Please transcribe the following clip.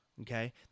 okay